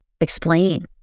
explain